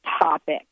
topic